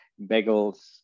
bagels